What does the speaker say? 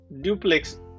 duplex